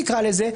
נקרא לזה,